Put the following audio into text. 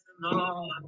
Lord